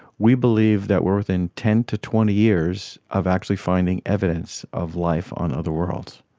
we believe that we're within ten to twenty years of actually finding evidence of life on other worlds.